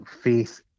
faith